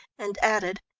and added,